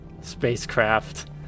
spacecraft